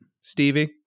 Stevie